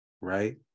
right